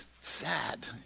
sad